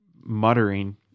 muttering